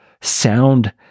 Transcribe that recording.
sound